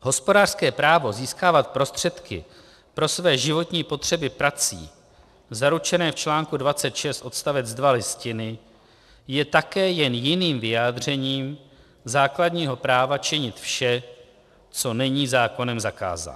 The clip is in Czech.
Hospodářské právo získávat prostředky pro své životní potřeby prací zaručené v čl. 26 odst. 2 Listiny je také jen jiným vyjádřením základního práva činit vše, co není zákonem zakázáno.